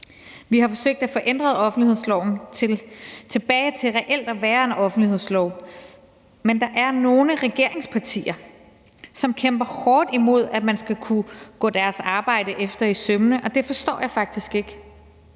Vi har forsøgt at få ændret offentlighedsloven tilbage til reelt at være en offentlighedslov, men der er nogle regeringspartier, som kæmper hårdt imod, at man skal kunne gå deres arbejde efter i sømmene, og det forstår jeg faktisk ikke.